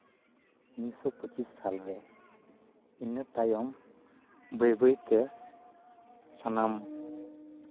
ᱩᱱᱤᱥᱥᱚ ᱯᱚᱸᱪᱤᱥ ᱥᱟᱞᱨᱮ ᱤᱱᱟᱹ ᱛᱟᱭᱚᱢ ᱵᱟᱹᱭ ᱵᱟᱹᱭᱛᱮ ᱥᱟᱱᱟᱢ